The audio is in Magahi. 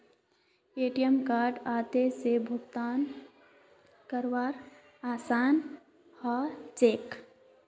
ए.टी.एम कार्डओत से भुगतान करवार आसान ह छेक